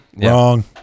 wrong